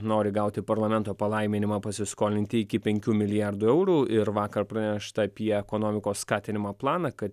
nori gauti parlamento palaiminimą pasiskolinti iki penkių milijardų eurų ir vakar pranešta apie ekonomikos skatinimo planą kad